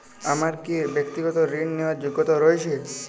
আমার কী ব্যাক্তিগত ঋণ নেওয়ার যোগ্যতা রয়েছে?